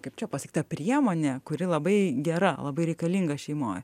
kaip čia pasakyt ta priemonė kuri labai gera labai reikalinga šeimoj